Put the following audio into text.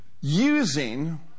using